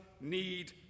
need